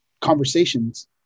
conversations